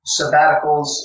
sabbaticals